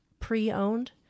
pre-owned